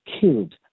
killed